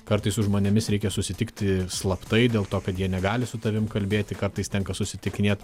kartais su žmonėmis reikia susitikti slaptai dėl to kad jie negali su tavim kalbėti kartais tenka susitikinėt